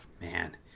man